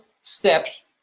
steps